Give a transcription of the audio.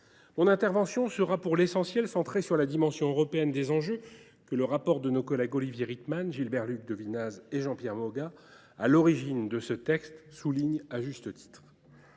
Mon intervention sera pour l’essentiel centrée sur la dimension européenne des enjeux, que le rapport de nos collègues Olivier Rietmann, Gilbert Luc Devinaz et Jean Pierre Moga, à l’origine de ce texte, souligne à juste titre.